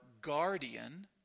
guardian